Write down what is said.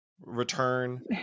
return